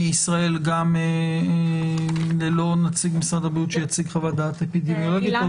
מישראל גם ללא נציג משרד הבריאות שיציג חוות דעת אפידמיולוגית?